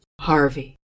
Harvey